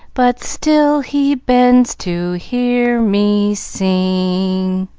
but still he bends to hear me sing.